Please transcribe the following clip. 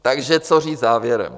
Takže co říct závěrem?